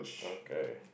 okay